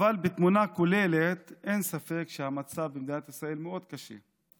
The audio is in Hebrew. ובתמונה הכוללת אין ספק שהמצב במדינת ישראל מאוד קשה,